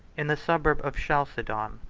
in the suburb of chalcedon,